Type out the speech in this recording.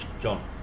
John